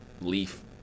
leaf